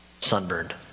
Sunburned